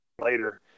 later